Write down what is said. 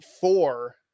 four